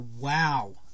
wow